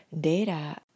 data